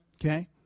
okay